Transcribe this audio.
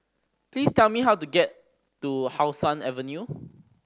please tell me how to get to How Sun Avenue